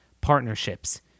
partnerships